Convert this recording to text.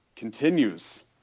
continues